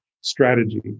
strategy